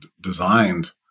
designed